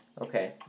Okay